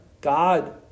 God